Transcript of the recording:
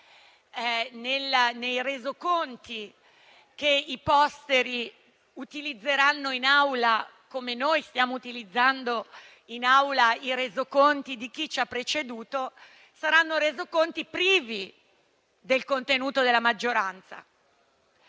i Resoconti che i posteri utilizzeranno in Aula, come noi stiamo utilizzando in Aula i Resoconti di chi ci ha preceduto, saranno pressoché privi del contenuto della maggioranza.